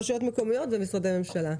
רשויות מקומיות ומשרדי ממשלה.